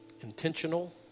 intentional